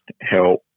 help